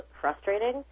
frustrating